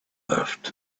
left